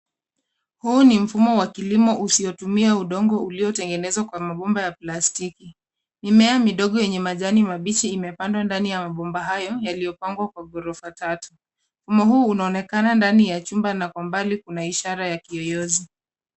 Huu ni mfumo wa kilimo usiotumia udongo uliotengenezwa kwa mabomba ya plastiki. Mimea midogo yenye majani mabichi imepandwa ndani ya mabomba hayo yaliyopangwa kwa ghorofa tatu. Mfumo huu unaonekana ndani ya chumba na kwa mbali kuna ishara ya kiyoyozi.